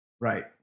Right